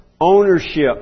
ownership